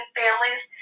families